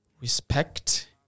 respect